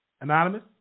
Anonymous